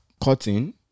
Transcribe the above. cotton